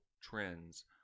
trends